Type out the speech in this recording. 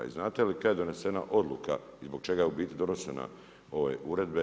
I znate li kada je donesena odluka i zbog čega je u biti donesena ove uredbe?